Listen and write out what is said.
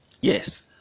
Yes